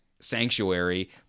sanctuary